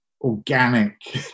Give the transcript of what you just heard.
organic